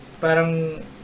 Parang